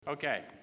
okay